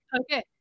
Okay